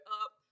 up